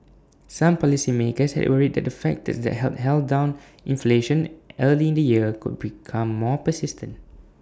some policymakers had worried that the factors that had held down inflation early in the year could become more persistent